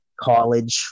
college